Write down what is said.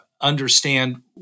understand